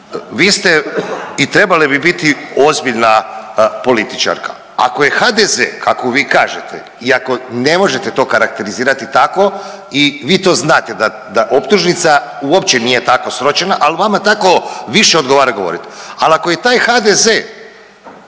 Vi ste i trebali bi biti ozbiljna političarka. Ako je HDZ kako vi kažete iako ne možete to karakterizirati tako i vi to znate da, da optužnica uopće nije tako sročena, al vama tako više odgovara govorit. Al ako je taj HDZ